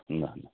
ल ल